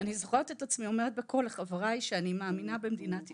אני זוכרת את עצמי אומרת בקול לחבריי שאני מאמינה במדינת ישראל,